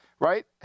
right